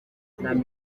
cyacu